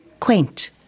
quaint